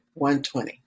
120